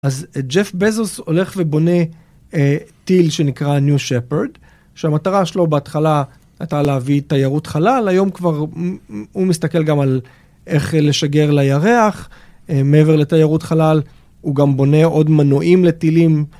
אז ג'ף בזוס הולך ובונה טיל שנקרא New Shepard, שהמטרה שלו בהתחלה הייתה להביא תיירות חלל, היום כבר הוא מסתכל גם על איך לשגר לירח, מעבר לתיירות חלל, הוא גם בונה עוד מנועים לטילים.